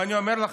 ואני אומר לך,